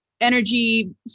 energy